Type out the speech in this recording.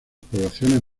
poblaciones